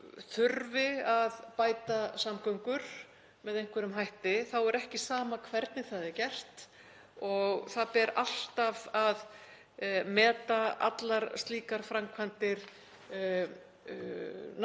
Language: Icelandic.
þurfum að bæta samgöngur með einhverjum hætti. Þá er ekki sama hvernig það er gert. Það ber alltaf að meta allar slíkar framkvæmdir náttúrunni